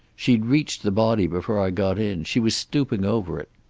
she'd reached the body before i got in. she was stooping over it.